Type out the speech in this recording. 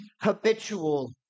habitual